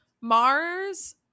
Mars